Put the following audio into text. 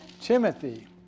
Timothy